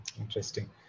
Interesting